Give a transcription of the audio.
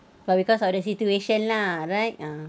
but because of the situation lah right ah